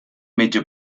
metge